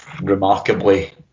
remarkably